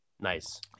Nice